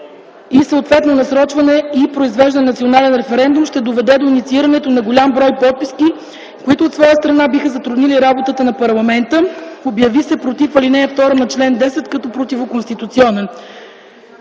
и съответно насрочване и произвеждане на национален референдум, ще доведе до инициирането на голям брой подписки, които от своя страна биха затруднили работата на Народното събрание. Обяви се против ал. 2 на чл. 10 като противоконституционен.